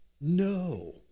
No